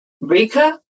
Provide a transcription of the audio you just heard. Rika